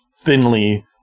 thinly